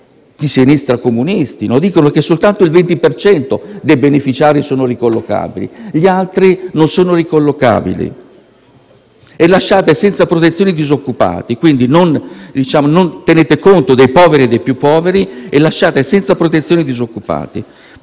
di sinistra o comunisti - che soltanto il 20 per cento dei beneficiari sono ricollocabili. Gli altri non lo sono. Lasciate senza protezione i disoccupati. Quindi non tenete conto dei poveri e dei più poveri e lasciate senza protezioni i disoccupati.